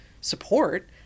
support